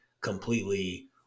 completely